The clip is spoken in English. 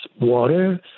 water